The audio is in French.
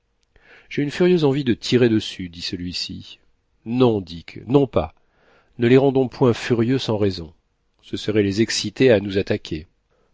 j'ai une furieuse envie de tirer dessus dit celui-ci non dick non pas ne les rendons point furieux sans raison ce serait les exciter à nous attaquer